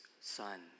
son